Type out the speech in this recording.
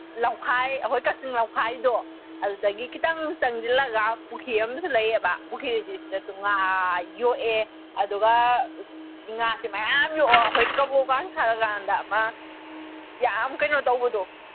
ꯂꯝꯈꯥꯏ ꯑꯩꯈꯣꯏ ꯀꯛꯆꯤꯡ ꯂꯝꯈꯥꯏꯗꯣ ꯑꯗꯨꯗꯒꯤ ꯈꯤꯇꯪ ꯆꯪꯖꯤꯜꯂꯒ ꯄꯨꯈ꯭ꯔꯤ ꯑꯃꯁꯨ ꯂꯩꯌꯦꯕ ꯄꯨꯈ꯭ꯔꯤꯁꯤꯗꯁꯨ ꯉꯥ ꯌꯣꯛꯑꯦ ꯑꯗꯨꯒ ꯉꯥꯁꯤ ꯃꯌꯥꯝ ꯌꯣꯛꯑ ꯑꯩꯈꯣꯏ ꯀꯕꯣꯛꯀ ꯊꯥꯔꯀꯥꯟꯗ ꯑꯃ ꯌꯥꯝ ꯀꯩꯅꯣ ꯇꯧꯕꯗꯣ